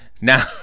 now